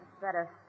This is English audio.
better